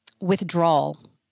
withdrawal